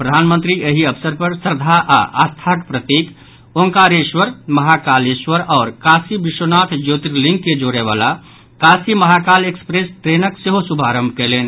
प्रधानमंत्री एहि अवसर पर श्रद्धा आओर आस्थाक प्रतीक ओंकारेश्वर महाकालेश्वर आओर काशी विश्वनाथ ज्योतिर्लिंग के जोड़यवला काशी महाकाल एक्सप्रेस ट्रेनक सेहो शुभारंभ कयलनि